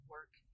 Work